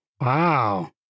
Wow